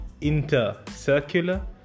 intercircular